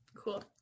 Cool